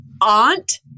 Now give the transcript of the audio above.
aunt